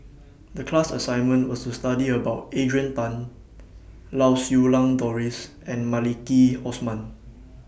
The class assignment was to study about Adrian Tan Lau Siew Lang Doris and Maliki Osman